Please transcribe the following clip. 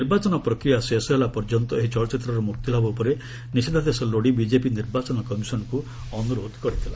ନିର୍ବାଚନ ପ୍ରକ୍ରିୟା ଶେଷ ହେଲା ପର୍ଯ୍ୟନ୍ତ ଏହି ଚଳଚ୍ଚିତ୍ରର ମୁକ୍ତିଲାଭ ଉପରେ ନିଷେଦ୍ଧାଦେଶ ଲୋଡ଼ି ବିଜେପି ନିର୍ବାଚନ କମିଶନଙ୍କୁ ଅନୁରୋଧ କରିଥିଲା